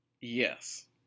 Yes